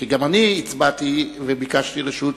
כי גם אני הצבעתי וביקשתי רשות.